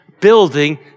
building